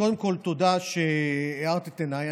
קודם כול, תודה שהארת את עיניי.